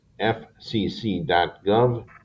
FCC.gov